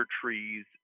trees